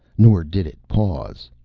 nor did it pause.